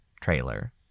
trailer